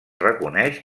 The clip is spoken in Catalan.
reconeix